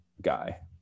Guy